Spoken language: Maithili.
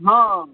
हँ